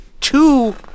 two